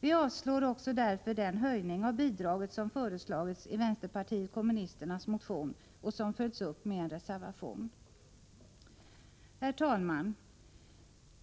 Vi avstyrker därför den höjning av bidraget som föreslagits i vänsterpartiet kommunisternas motion och som följts upp med en reservation. Herr talman!